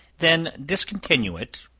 then discontinue it,